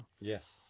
Yes